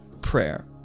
prayer